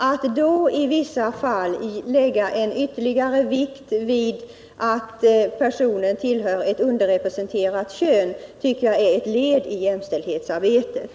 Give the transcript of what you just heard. Att då i vissa fall lägga ytterligare vikt vid att en person tillhör ett underrepresenterat kön tycker jag är ett led i jämställdhetsarbetet.